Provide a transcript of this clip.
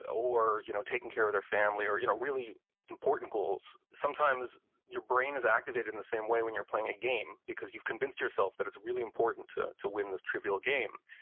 or you know taking care of their family, or you know really important goals, sometimes your brain is activated in the same way when you're playing a game because you've convinced yourself that it's really important to to win this trivial game.